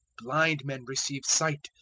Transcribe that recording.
blind men receive sight,